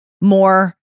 more